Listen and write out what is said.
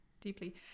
deeply